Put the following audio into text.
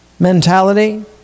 mentality